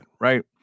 right